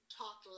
talk